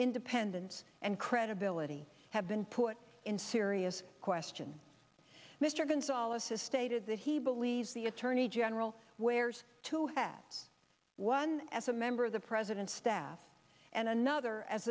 independence and credibility have been put in serious question mr gonzales has stated that he believes the attorney general wears to have one as a member of the president's staff and another as